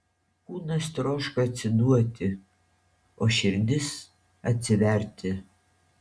kūnas troško atsiduoti o širdis atsiverti